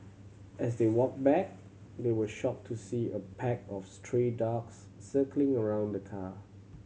as they walked back they were shocked to see a pack of stray dogs circling around the car